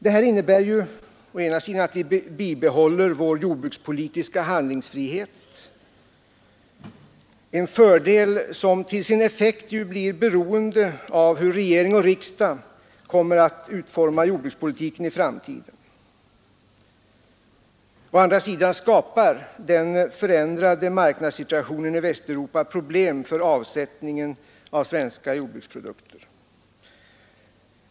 Det innebär å ena sidan att vi bibehåller vår jordbrukspolitiska handlingsfrihet en fördel som till sin effekt blir beroende av hur regering och riksdag kommer att utforma jordbrukspolitiken i framtiden. Å andra sidan skapar den förändrade marknadssituationen i Västeuropa problem för avsättningen av svenska jordbruksprodukter.